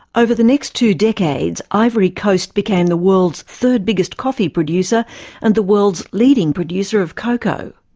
over the next two decades, ivory coast became the world's third biggest coffee producer and the world's leading producer of cocoa.